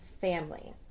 family